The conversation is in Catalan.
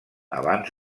abans